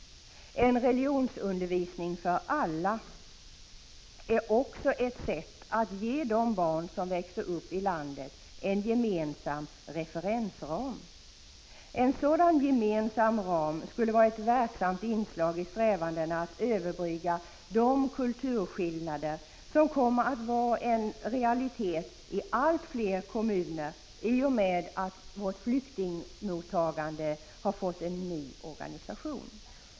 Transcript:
En religionsundervisning för alla är också ett sätt att ge de barn som växer upp i landet en gemensam referensram. En sådan gemensam ram skulle vara ett verksamt inslag i strävandena att överbrygga de kulturskillnader som kommer att vara en realitet i allt fler kommuner i och med att vårt flyktingmottagande har fått en ny organisation.